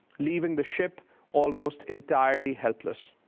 leaving the ship almost entirely helpless.